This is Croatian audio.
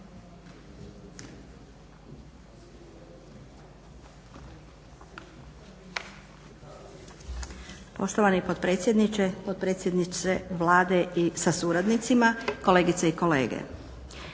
Poštovani potpredsjedniče, potpredsjedniče Vlade sa suradnicima, kolegice i kolege.